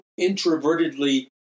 introvertedly